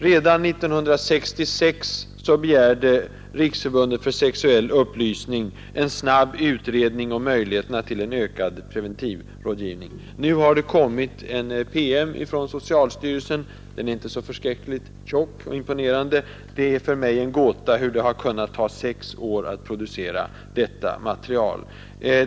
Redan 1966 begärde Riksförbundet för sexuell upplysning en snabb utredning om möjligheterna till en ökad preventivmedelsrådgivning. Nu har det kommit en PM från socialstyrelsen. Den är inte så förskräckligt tjock och imponerande, och det är för mig en gåta hur det har kunnat ta sex år att producera detta material.